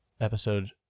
episode